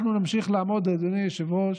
אנחנו נמשיך לעמוד, אדוני היושב-ראש,